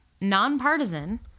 nonpartisan